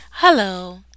Hello